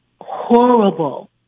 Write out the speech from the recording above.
horrible